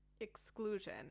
exclusion